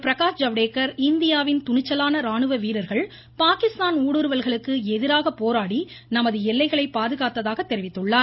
பிரகாஷ் ஜவடேகர் இந்தியாவின் துணிச்சலான ராணுவ வீரர்கள் பாகிஸ்தான் ஊடுருவல்களுக்கு எதிராக போராடி நமது எல்லைகளை பாதுகாத்ததாக தெரிவித்துள்ளார்